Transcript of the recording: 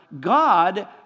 God